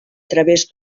través